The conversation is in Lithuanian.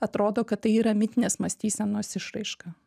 atrodo kad tai yra mitinės mąstysenos išraiška